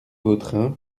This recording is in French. vautrin